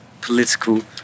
political